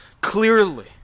clearly